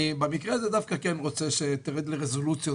הייתי רוצה שבעניין הזה תרד לרזולוציות